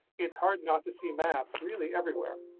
it's hard not to see maps really everywhere.